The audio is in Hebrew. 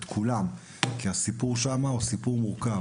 כי הסיפור שם הוא סיפור מורכב,